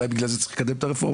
אולי בגלל זה צריך לקדם את הרפורמה,